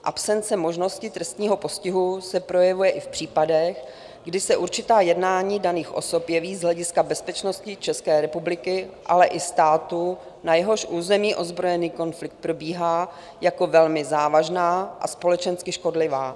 Absence možnosti trestního postihu se projevuje i v případech, kdy se určitá jednání daných osob jeví z hlediska bezpečnosti České republiky, ale i státu, na jehož území ozbrojený konflikt probíhá, jako velmi závažná a společensky škodlivá.